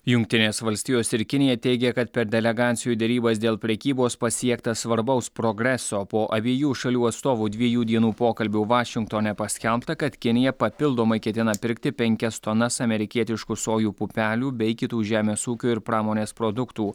jungtinės valstijos ir kinija teigia kad per delegacijų derybas dėl prekybos pasiekta svarbaus progreso po abiejų šalių atstovų dviejų dienų pokalbių vašingtone paskelbta kad kinija papildomai ketina pirkti penkias tonas amerikietiškų sojų pupelių bei kitų žemės ūkio ir pramonės produktų